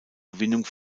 gewinnung